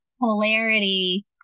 polarity